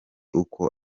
uko